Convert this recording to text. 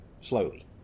Slowly